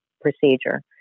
procedure